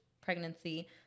pregnancy